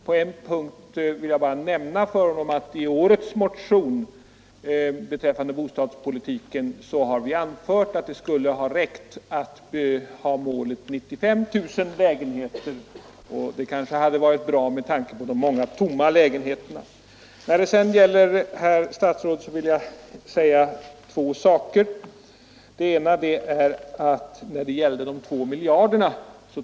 Låg mig bara nämna för honom att i årets motion beträffande bostadspolitiken har vi anfört att det hade varit tillräckligt med målsättningen 95 000 lägenheter. Det kanske hade varit bra med tanke på de många tomma lägenheterna. Till herr statsrådet vill jag säga två saker. Det ena gäller de två miljarderna.